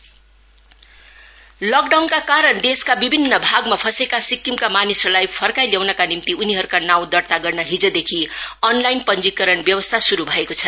registration system लक़डाउनका कारण देशका विभिन्न भागमा फँसेका सिक्किमका मानिसहरूलाई फर्काई ल्याउनका निम्ति उनीहरूका नाउँ दर्ता गर्न आजदेखि अनलाइन पञ्जीकरण व्यवस्था श्रू भएको छ